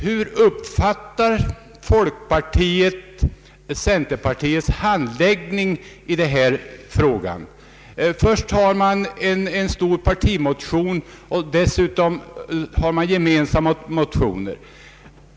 Hur uppfattar folkpartiet centerpartiets handläggning av denna fråga? Först har man en stor partimotion och dessutom gemensamma motioner.